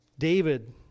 David